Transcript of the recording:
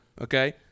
Okay